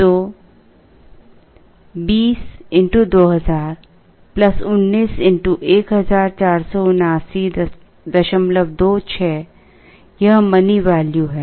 तो 20 x 2000 19 x 147926 यह money value है